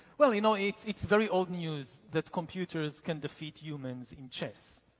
well, you know it's it's very old news that computers can defeat humans in chess.